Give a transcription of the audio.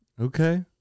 okay